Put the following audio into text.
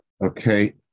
okay